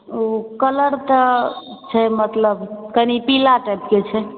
ओ colour तऽ छै मतलब कनि पीला टाइपके छै